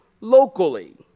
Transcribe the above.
locally